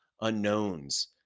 unknowns